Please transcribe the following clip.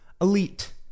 elite